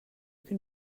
can